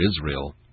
Israel